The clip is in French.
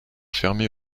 fermé